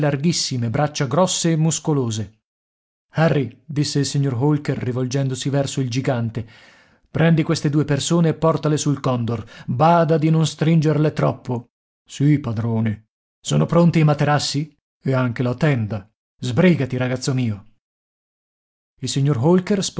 larghissime braccia grosse e muscolose harry disse il signor holker rivolgendosi verso il gigante prendi queste due persone e portale sul condor bada di non stringerle troppo sì padrone sono pronti i materassi e anche la tenda sbrigati ragazzo mio il signor holker